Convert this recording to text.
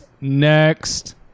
next